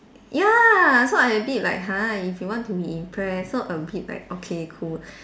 ya so I a bit like !huh! if you want to be impressed so a bit like okay cool